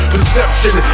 Perception